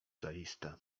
zaiste